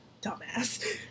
Dumbass